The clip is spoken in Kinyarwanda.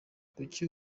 kuri